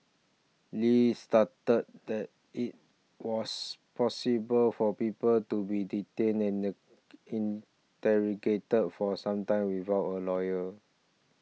Li started that it was possible for people to be detained and in interrogated for some time without a lawyer